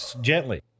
gently